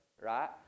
right